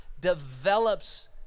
develops